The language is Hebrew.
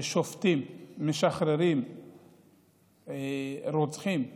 כששופטים משחררים רוצחים אלימים,